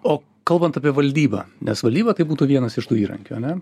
o kalbant apie valdybą nes valdyba tai būtų vienas iš tų įrankių ane